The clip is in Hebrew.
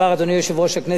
אדוני יושב-ראש הכנסת,